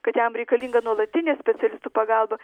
kad jam reikalinga nuolatinė specialistų pagalba